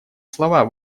слова